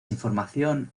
información